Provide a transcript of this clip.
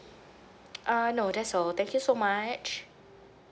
err no that's all thank you so much